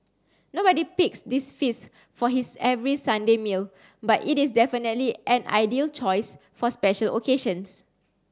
nobody picks this feast for his every Sunday meal but it is definitely an ideal choice for special occasions